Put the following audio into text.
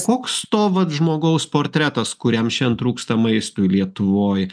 koks to vat žmogaus portretas kuriam trūksta maistui lietuvoj